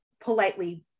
politely